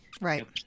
right